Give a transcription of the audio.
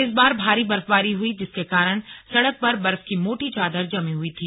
इस बार भारी बर्फबारी हुई जिसके कारण सड़क पर बर्फ की मोटी चादर जमी हुई थी